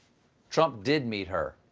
trump did meet her.